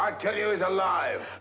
i tell you is alive